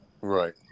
Right